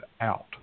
out